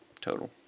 Total